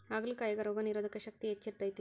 ಹಾಗಲಕಾಯಾಗ ರೋಗನಿರೋಧಕ ಶಕ್ತಿ ಹೆಚ್ಚ ಇರ್ತೈತಿ